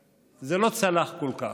וזה לא צלח כל כך.